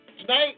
tonight